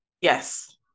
Yes